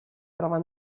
trova